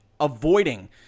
avoiding